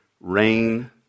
rain